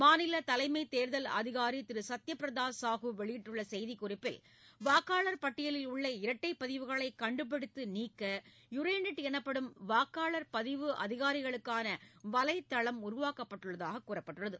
மாநிலதலைமை தேர்தல் அதிகாரி திரு சத்யபிரதா சாஹூ வெளியிட்டுள்ள செய்திக் குறிப்பில் வாக்காளர் பட்டியலில் உள்ள இரட்டைப் பதிவுகளை கண்டுபிடித்து நீக்க யுரேனெட் எனப்படும் வாக்காளர் பதிவு அதிகாரிகளுக்கான வலைதளம் உருவாக்கப்பட்டுள்ளதாக கூறப்பட்டுள்ளது